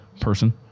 person